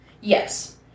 Yes